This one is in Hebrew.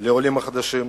לעולים החדשים,